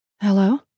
Hello